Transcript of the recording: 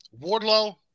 Wardlow